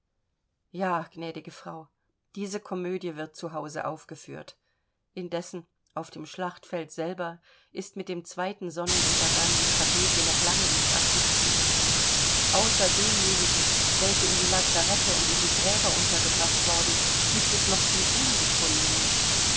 ja gnädige frau diese komödie wird zu hause aufgeführt indessen auf dem schlachtfeld selber ist mit dem zweiten sonnenuntergang die tragödie noch lange nicht abgespielt außer denjenigen welche in die lazarethe und in die gräber untergebracht worden gibt es noch die ungefundenen